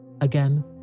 again